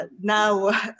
now